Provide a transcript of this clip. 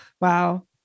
wow